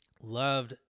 loved